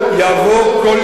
יבוא כל צד,